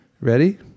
Ready